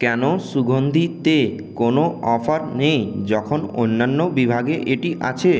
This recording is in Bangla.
কেন সুগন্ধিতে কোনও অফার নেই যখন অন্যান্য বিভাগে এটি আছে